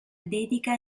dedica